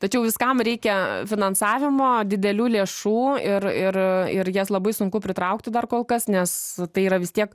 tačiau viskam reikia finansavimo didelių lėšų ir ir ir jas labai sunku pritraukti dar kol kas nes tai yra vis tiek